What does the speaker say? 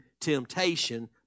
temptation